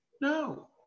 No